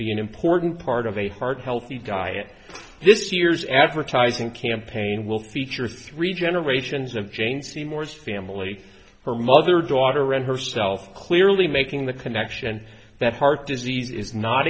be an important part of a heart healthy diet this year's advertising campaign will feature three generations of jane seymour's family her mother daughter and herself clearly making the connection that heart disease is not